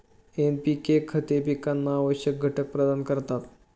NPK खते पिकांना आवश्यक घटक प्रदान करतात